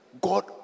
God